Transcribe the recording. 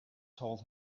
told